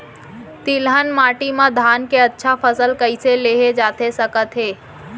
तिलहन माटी मा धान के अच्छा फसल कइसे लेहे जाथे सकत हे?